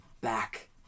back